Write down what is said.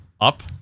up